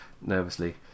nervously